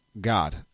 God